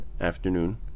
afternoon